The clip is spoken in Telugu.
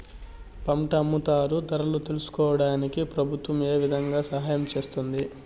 పంట అమ్ముతారు ధరలు తెలుసుకోవడానికి ప్రభుత్వం ఏ విధంగా సహాయం చేస్తుంది?